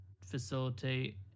facilitate